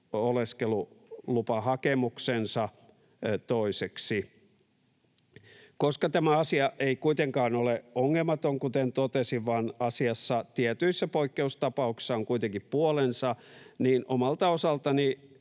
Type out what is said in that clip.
oleskelulupahakemuksensa toiseksi. Koska tämä asia ei kuitenkaan ole ongelmaton, kuten totesin, vaan asiassa tietyissä poikkeustapauksissa on kuitenkin puolensa, niin omalta osaltani